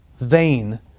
Vain